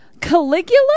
Caligula